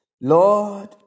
Lord